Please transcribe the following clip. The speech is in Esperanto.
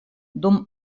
dum